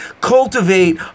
cultivate